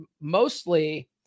mostly